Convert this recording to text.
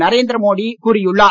நரேந்திர மோடி கூறியுள்ளார்